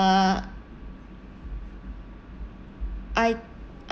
I